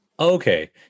Okay